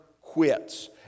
quits